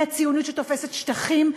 היא הציונות שתופסת שטחים,